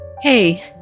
Hey